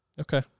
okay